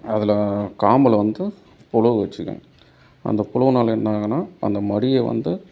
அதில் காம்புல வந்து புழு வச்சுக்கும் அந்த புழுனால என்னாகும்னா அந்த மடியை வந்து